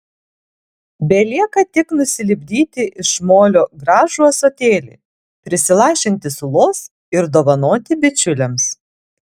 belieka tik nusilipdyti iš molio gražų ąsotėlį prisilašinti sulos ir dovanoti bičiuliams